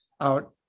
out